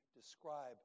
describe